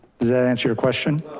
that answer your question.